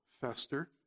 fester